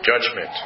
Judgment